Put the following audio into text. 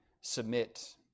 submit